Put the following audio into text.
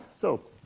so,